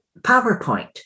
PowerPoint